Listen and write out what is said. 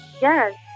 Yes